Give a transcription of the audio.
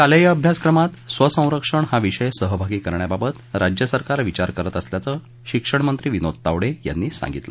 शालेय अभ्यासक्रमात स्वसंरक्षण हा विषय सहभागी करण्याबाबत राज्यसरकार विचार करत असल्याचं शिक्षणमंत्री विनोद तावडे यांनी सांगितलं